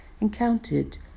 encountered